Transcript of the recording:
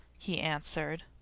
he answered.